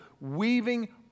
weaving